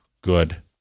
good